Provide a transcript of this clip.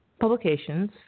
publications